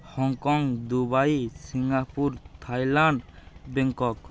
Hong Kong Dubai Singapore Thailand Bangkok